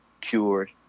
cured